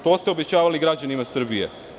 To ste obećavali građanima Srbije.